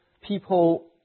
people